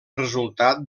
resultat